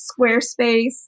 Squarespace